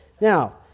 Now